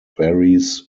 varies